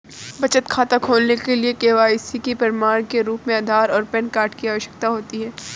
बचत खाता खोलने के लिए के.वाई.सी के प्रमाण के रूप में आधार और पैन कार्ड की आवश्यकता होती है